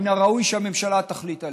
מן הראוי שהממשלה תחליט עליה.